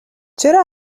چرا